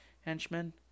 henchmen